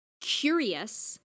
curious